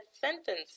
sentence